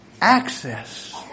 access